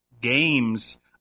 games